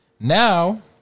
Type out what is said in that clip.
now